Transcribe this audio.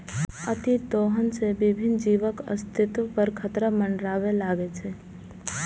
अतिदोहन सं विभिन्न जीवक अस्तित्व पर खतरा मंडराबय लागै छै